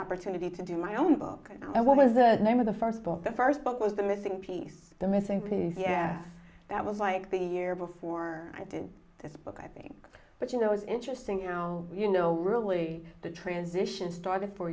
opportunity to do my own book and what was the name of the first book the first book was the missing piece the missing piece that was like the year before i did this book i think but you know it's interesting how you know really the transition started for